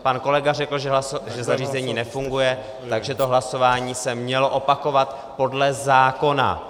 Pan kolega řekl, že zařízení nefunguje, takže to hlasování se mělo opakovat podle zákona.